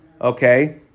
okay